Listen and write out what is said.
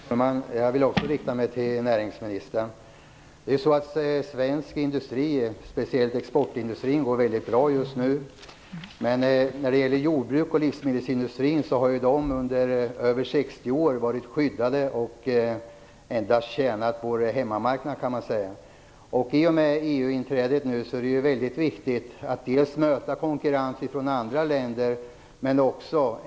Herr talman! Jag vill också rikta mig till näringsministern. Svensk industri, särskilt exportindustrin, går mycket bra just nu. Jordbruket och livsmedelsindustrin har i över 60 år varit skyddade och endast tjänat vår hemmamarknad, kan man säga. I och med EU-inträdet är det mycket viktigt att möta konkurrensen från andra länder.